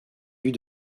vues